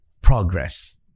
progress